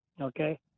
Okay